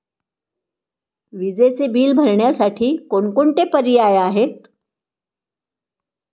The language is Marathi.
विजेचे बिल भरण्यासाठी कोणकोणते पर्याय आहेत?